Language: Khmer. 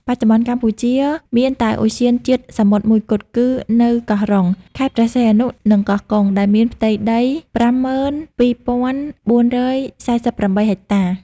បច្ចុប្បន្នកម្ពុជាមានតែឧទ្យានជាតិសមុទ្រមួយគត់ គឺនៅកោះរ៉ុង ខេត្តព្រះសីហនុ និងកោះកុង ដែលមានផ្ទៃដី ៥២,៤៤៨ ហិកតា។